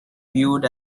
viewed